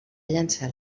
llançar